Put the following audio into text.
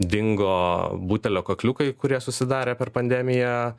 dingo butelio kakliukai kurie susidarė per pandemiją